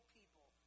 people